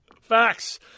Facts